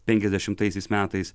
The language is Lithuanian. penkiasdešimtaisiais metais